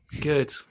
Good